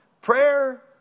Prayer